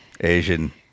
Asian